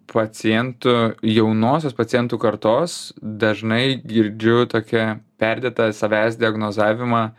pacientų jaunosios pacientų kartos dažnai girdžiu tokią perdėtą savęs diagnozavimą